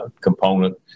component